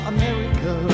America